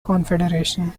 confederation